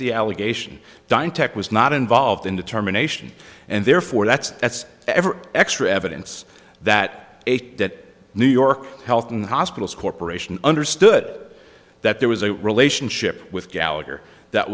the allegation diane tech was not involved in determination and therefore that's that's ever extra evidence that that new york health and hospitals corporation understood that there was a relationship with gallagher